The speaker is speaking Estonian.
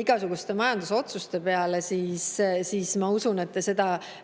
igasuguste majandusotsuste peale, siis ma usun, et te seda